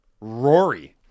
Rory